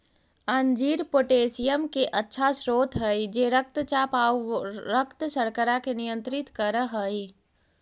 अंजीर पोटेशियम के अच्छा स्रोत हई जे रक्तचाप आउ रक्त शर्करा के नियंत्रित कर हई